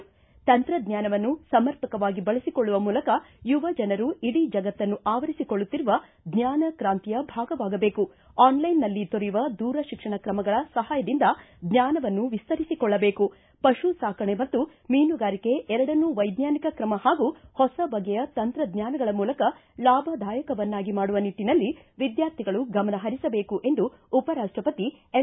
ತಂತ್ರಜ್ಞಾನವನ್ನು ಸಮರ್ಪಕವಾಗಿ ಬಳಸಿಕೊಳ್ಳುವ ಮೂಲಕ ಯುವಜನರು ಇಡೀ ಜಗತ್ತನ್ನು ಆವರಿಸಿಕೊಳ್ಳುತ್ತಿರುವ ಜ್ವಾನಕಾಂತಿಯ ಭಾಗವಾಗಬೇಕು ಆನ್ ಲೈನ್ ನಲ್ಲಿ ದೊರೆಯುವ ದೂರಶಿಕ್ಷಣ ತ್ರಮಗಳ ಸಪಾಯದಿಂದ ಜ್ವಾನವನ್ನು ವಿಸ್ತರಿಸಿಕೊಳ್ಳಬೇಕು ಪಶು ಸಾಕಣೆ ಮತ್ತು ಮೀನುಗಾರಿಕೆ ಎರಡನ್ನೂ ವೈಜ್ಞಾನಿಕ ಕ್ರಮ ಹಾಗೂ ಹೊಸ ಬಗೆಯ ತಂತ್ರಜ್ಞಾನಗಳ ಮೂಲಕ ಲಾಭದಾಯಕವನ್ನಾಗಿ ಮಾಡುವ ನಿಟ್ಟನಲ್ಲಿ ವಿದ್ವಾರ್ಥಿಗಳು ಗಮನ ಹರಿಸಬೇಕು ಎಂದು ಉಪರಾಷ್ಷಪತಿ ಎಂ